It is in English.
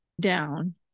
down